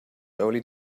only